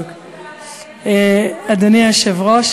אדוני היושב-ראש,